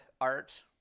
art